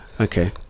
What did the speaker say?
okay